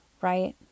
right